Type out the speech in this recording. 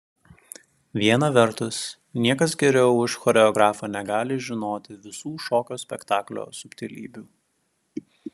viena vertus niekas geriau už choreografą negali žinoti visų šokio spektaklio subtilybių